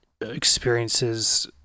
experiences